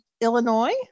Illinois